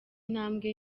intambwe